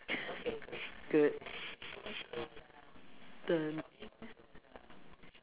good